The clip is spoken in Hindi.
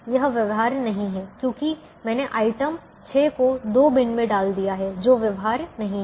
यह व्यवहार्य नहीं है क्योंकि मैंने आइटम 6 को दो बिन मे डाल दिया हैं जो व्यवहार्य नहीं है